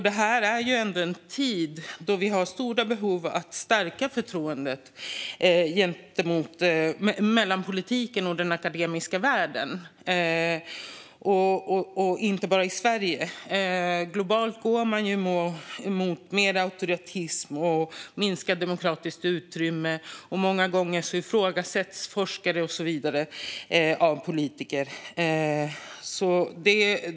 Detta är en tid då vi har stort behov av att stärka förtroendet mellan politiken och den akademiska världen, inte bara i Sverige. Globalt går man mot mer auktoritarism och minskat demokratiskt utrymme. Många gånger ifrågasätts forskare och andra av politiker.